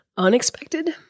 Unexpected